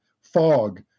fog